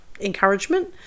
encouragement